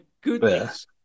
goodness